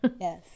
yes